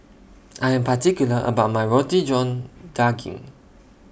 I Am particular about My Roti John Daging